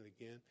again